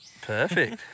Perfect